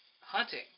hunting